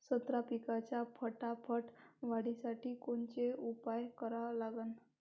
संत्रा पिकाच्या फटाफट वाढीसाठी कोनचे उपाव करा लागन?